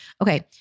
okay